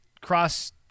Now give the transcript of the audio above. cross